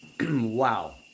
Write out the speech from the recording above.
Wow